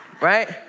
right